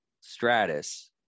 Stratus